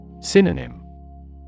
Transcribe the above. Synonym